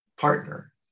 partner